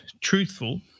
truthful